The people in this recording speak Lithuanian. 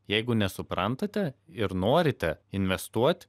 jeigu nesuprantate ir norite investuot